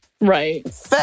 Right